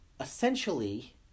essentially